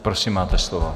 Prosím, máte slovo.